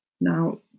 now